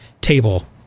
table